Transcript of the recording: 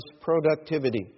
productivity